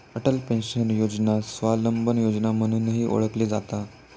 Atal pension योजना स्वावलंबन योजना म्हणूनही ओळखली जाता